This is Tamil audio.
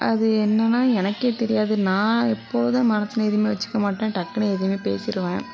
அது என்னென்னா எனக்கே தெரியாது நான் எப்போதும் மனதில எதையுமே வச்சுக்க மாட்டேன் டக்குனு எதையுமே பேசிருவேன்